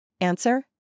Answer